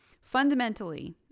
Fundamentally